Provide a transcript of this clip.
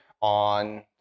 on